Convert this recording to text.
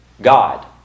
God